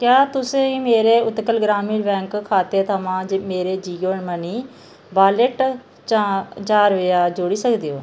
क्या तुसें ई मेरे उत्कल ग्रामीण बैंक खाते थमां मेरे जियो मनी वाॅलेट जां ज्हार रपेआ जोड़ी सकदे ओ